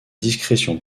discrétion